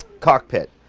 cockpit.